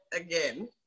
again